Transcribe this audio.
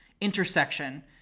intersection